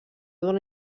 d’una